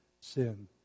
sin